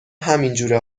همینجوره